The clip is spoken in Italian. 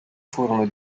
furono